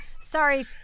sorry